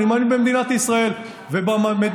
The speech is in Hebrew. אני מאמין במדינת ישראל ובממלכה.